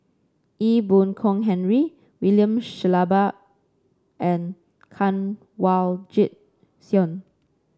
Ee Boon Kong Henry William Shellabear and Kanwaljit Soin